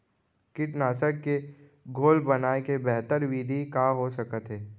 कीटनाशक के घोल बनाए के बेहतर विधि का हो सकत हे?